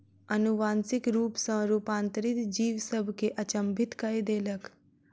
अनुवांशिक रूप सॅ रूपांतरित जीव सभ के अचंभित कय देलक